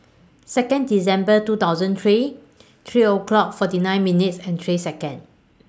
Second December two thousand and three three o'clock forty nine minutes and three Seconds